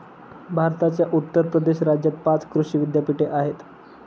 भारताच्या उत्तर प्रदेश राज्यात पाच कृषी विद्यापीठे आहेत